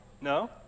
No